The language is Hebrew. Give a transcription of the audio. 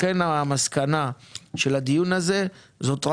צריך לעצור את הטיוטה הזאת של